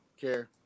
care